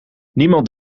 niemand